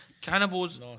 Cannibals